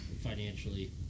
Financially